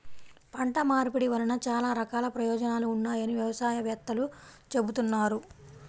పంట మార్పిడి వలన చాలా రకాల ప్రయోజనాలు ఉన్నాయని వ్యవసాయ వేత్తలు చెబుతున్నారు